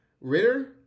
Ritter